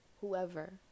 whoever